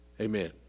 Amen